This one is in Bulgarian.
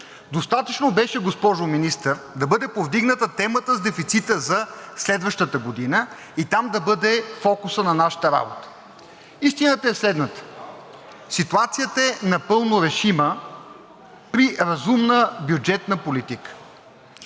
Достатъчно беше, госпожо Министър, да бъде повдигната темата с дефицита за следващата година и там да бъде фокусът на нашата работа. Истината е следната, че ситуацията е напълно решима при разумна бюджетна политика